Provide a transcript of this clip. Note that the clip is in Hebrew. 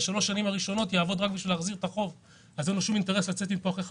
יעבוד בשלוש השנים הראשונות רק כדי להחזיר את החוב